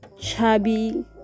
chubby